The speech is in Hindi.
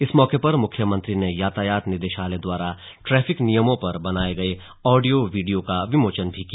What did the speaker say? इस मौके पर मुख्यमंत्री ने यातायात निदेशालय द्वारा ट्रैफिक नियमों पर बनाये गये ऑडियो वीडियो का विमोचन भी किया